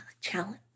challenge